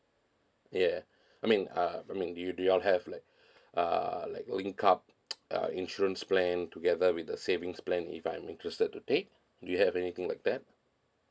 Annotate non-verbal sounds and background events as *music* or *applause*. yeah I mean uh I mean do you do you all have like *breath* uh like link up *noise* uh insurance plan together with the savings plan if I'm interested to take do you have anything like that